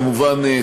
כמובן,